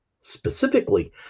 Specifically